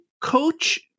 coach